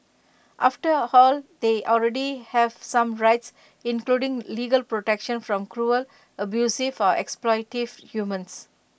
after all they already have some rights including legal protection from cruel abusive or exploitative humans